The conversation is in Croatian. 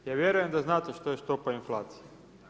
Ja vjerujem da znate što je stopa inflacije.